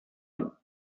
him